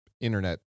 internet